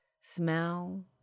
smell